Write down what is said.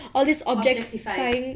objectifying